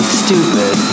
stupid